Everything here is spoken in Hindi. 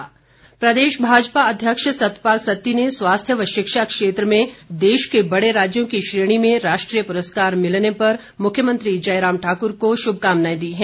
सत्ती प्रदेश भाजपा अध्यक्ष सतपाल सत्ती ने स्वास्थ्य व शिक्षा क्षेत्र में देश के बड़े राज्यों की श्रेणी में राष्ट्रीय पुरस्कार मिलने पर मुख्यमंत्री जयराम ठाकुर को शुभकामनाएं दी हैं